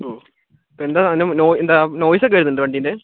ഇപ്പോൾ എന്താ നോയ്സൊക്കെ വരുന്നുണ്ടോ വണ്ടിയിൽ നിന്ന്